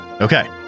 Okay